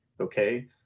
okay